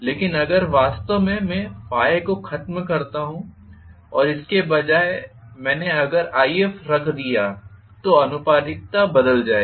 लेकिन अगर वास्तव में मैं ϕ को खत्म करता हूं और इसके बजाय मैंने अगर If रख दिया तो आनुपातिकता बदल जाएगी